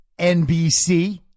NBC